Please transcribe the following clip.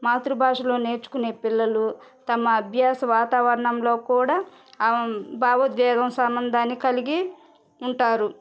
మాతృభాషలో నేర్చుకునే పిల్లలు తమ అభ్యాస వాతావరణంలో కూడా భావోద్వేగం సంబంధాన్ని కలిగి ఉంటారు